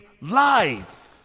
life